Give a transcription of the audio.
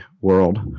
world